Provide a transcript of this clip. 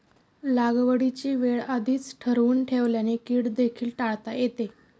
लागवडीची वेळ आधीच ठरवून ठेवल्याने कीड देखील टाळता येते